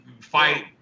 fight